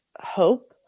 hope